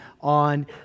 on